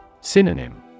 Synonym